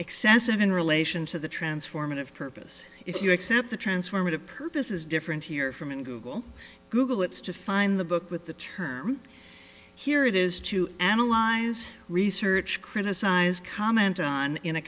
excessive in relation to the transformative purpose if you accept the transformative purpose is different here from google google it's to find the book with the term here it is to analyze research criticize comment on in a